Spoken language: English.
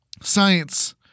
Science